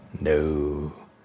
No